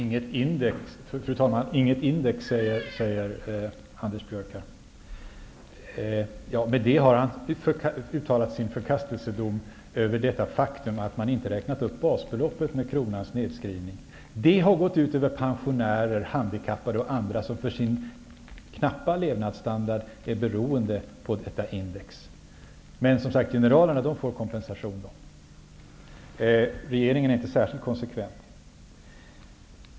Fru talman! Inget index, säger Anders Björck. I och med det har han uttalat sin förkastelsedom över det faktum att man inte har räknat upp basbeloppet med kronans nedskrivning. Det har gått ut över pensionärer, handikappade och andra som för sin knappa levnadsstandard är beroende av detta index. Generalerna får däremot kompensation. Regeringen är inte särskilt konsekvent.